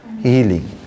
healing